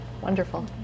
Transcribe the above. Wonderful